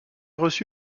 reçu